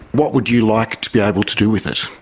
what would you like to be able to do with it?